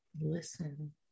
listen